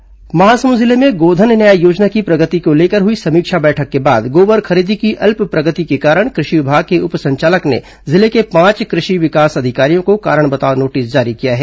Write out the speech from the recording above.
संक्षिप्त समाचार महासमुंद जिले में गोधन न्याय योजना की प्रगति को लेकर हुई समीक्षा बैठक के बाद गोबर खरीदी की अल्प प्रगति के कारण कृषि विभाग के उप संचालक ने जिले के पांच कृषि विकास अधिकारियों को कारण बताओ नोटिस जारी किया है